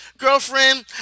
Girlfriend